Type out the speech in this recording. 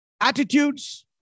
Attitudes